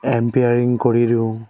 umpiring কৰি দিওঁ